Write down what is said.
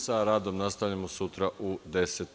Sa radom nastavljamo sutra u 10.